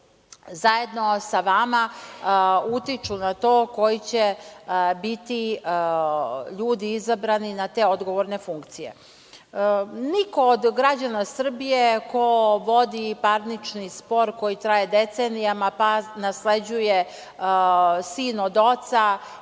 zajedno sa vama utiču na to koji će biti ljudi izabrani na te odgovorne funkcije. Niko od građana Srbije, ko vodi parnični spor koji traje decenijama, pa nasleđuje, sin od oca